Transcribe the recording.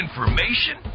Information